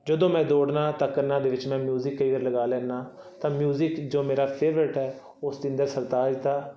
ਜਦੋਂ ਮੈਂ ਦੌੜਦਾ ਤਾਂ ਕੰਨਾਂ ਦੇ ਵਿੱਚ ਮੈਂ ਮਿਊਜਿਕ ਕਈ ਵਾਰ ਲਗਾ ਲੈਂਦਾ ਤਾਂ ਮਿਊਜਿਕ ਜੋ ਮੇਰਾ ਫੇਵਰਟ ਹੈ ਉਹ ਸਤਿੰਦਰ ਸਰਤਾਜ ਦਾ